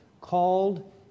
called